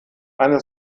eine